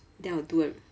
then I'll do a